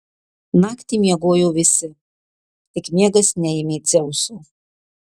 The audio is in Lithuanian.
naktį miegojo visi tik miegas neėmė dzeuso